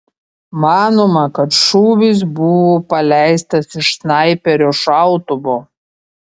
manoma kad šūvis buvo paleistas iš snaiperio šautuvo